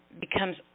becomes